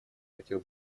хотел